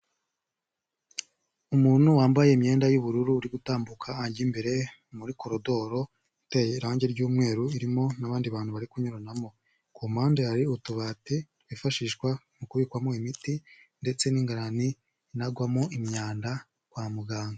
Umuntu wambaye imyenda y'ubururu uri gutambuka ajya imbere muri koridoro iteye irangi ry'umweru irimo n'abandi bantu bari kunyuranamo. Ku mpande hari utubati twifashishwa mu kubikwamo imiti ndetse n'ingarani inagwamo imyanda kwa muganga.